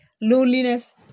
loneliness